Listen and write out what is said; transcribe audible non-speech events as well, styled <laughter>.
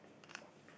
<breath>